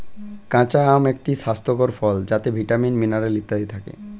কাঁচা আম একটি স্বাস্থ্যকর ফল যাতে ভিটামিন, মিনারেল ইত্যাদি থাকে